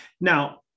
now